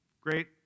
Great